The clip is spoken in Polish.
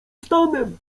stanem